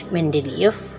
Mendeleev